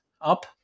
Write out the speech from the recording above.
up